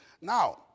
Now